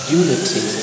unity